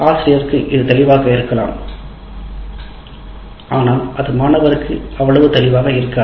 ஆசிரியருக்கு இது தெளிவாக இருக்கலாம் ஆசிரியர் ஆனால் அது மாணவருக்கு அவ்வளவு தெளிவாக இருக்காது